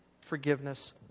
forgiveness